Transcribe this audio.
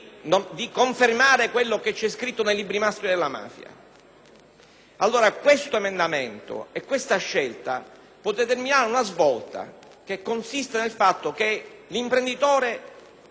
Ebbene, questo emendamento e questa scelta potrebbero determinare una svolta, che consiste nel fatto che l'imprenditore non deve scegliere la convenienza, ma deve scegliere lo Stato contro la criminalità,